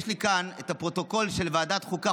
יש לי כאן את הפרוטוקול של ועדת החוקה,